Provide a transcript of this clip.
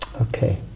Okay